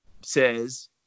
says